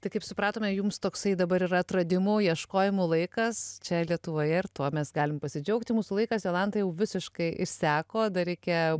tai kaip supratome jums toksai dabar yra atradimų ieškojimų laikas čia lietuvoje ir tuo mes galim pasidžiaugti mūsų laikas jolanta jau visiškai išseko dar reikia